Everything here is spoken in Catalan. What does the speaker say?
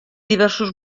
diversos